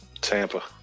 Tampa